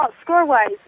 score-wise